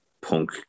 Punk